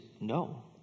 no